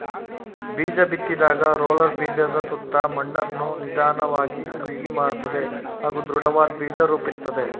ಬೀಜಬಿತ್ತಿದಾಗ roller ಬೀಜದಸುತ್ತ ಮಣ್ಣನ್ನು ನಿಧನ್ವಾಗಿ ಬಿಗಿಮಾಡ್ತದೆ ಹಾಗೂ ದೃಢವಾದ್ ಬೀಜ ರೂಪಿಸುತ್ತೆ